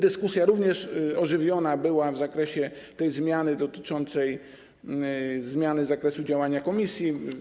Była również ożywiona dyskusja w zakresie tej zmiany dotyczącej zmiany zakresu działania komisji.